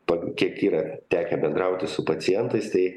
parų kiek yra tekę bendrauti su pacientais tai